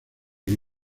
que